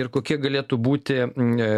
ir kokie galėtų būti